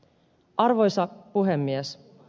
arvoisa puhemies